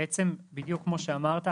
בעצם בדיוק כמו שאמרת,